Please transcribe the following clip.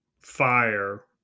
fire